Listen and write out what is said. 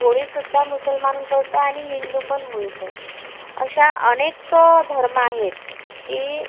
होळीसुद्धा मुसलमान करतो आणि हिंदूपण होळी कर अशा अनेक धर्म आहेत की